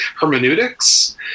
hermeneutics